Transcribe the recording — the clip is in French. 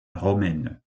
romaine